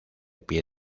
pie